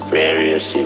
various